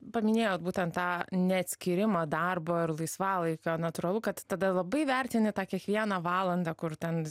paminėjot būtent tą neatskyrimą darbo ir laisvalaikio natūralu kad tada labai vertini tą kiekvieną valandą kur ten